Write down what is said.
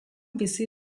bizi